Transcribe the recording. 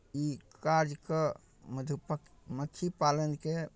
ई काज कऽ मधु प् मक्खी पालनके